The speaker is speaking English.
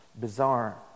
bizarre